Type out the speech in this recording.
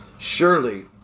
Surely